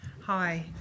Hi